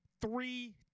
three